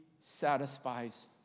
satisfies